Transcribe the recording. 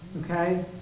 Okay